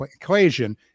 equation